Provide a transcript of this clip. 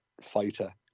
fighter